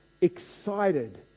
excited